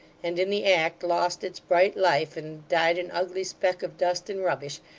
and in the act lost its bright life, and died an ugly speck of dust and rubbish,